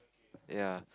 ya